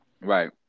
Right